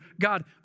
God